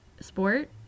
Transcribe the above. sport